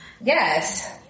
Yes